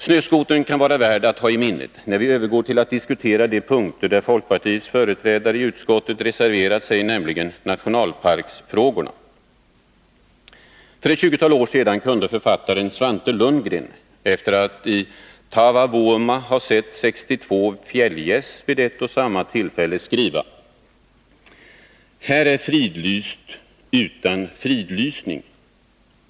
Snöskotern kan vara värd att ha i minnet när vi övergår till att diskutera de punkter där folkpartiets företrädare i utskottet reserverat sig, nämligen nationalparksfrågorna. För ett tjugotal år sedan kunde författaren Svante Lundgren, efter att i Taavavuoma ha sett 62 fjällgäss vid ett och samma tillfälle, skriva att ”här är fridlyst utan fridlysning”.